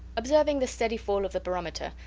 observing the steady fall of the barometer,